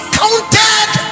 counted